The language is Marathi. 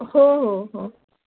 हो हो हो